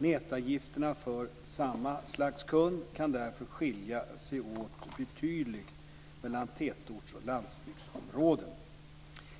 Nätavgifterna för samma slags kund kan därför skilja sig åt betydligt mellan tätortsoch landsbygdsområden.